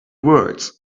words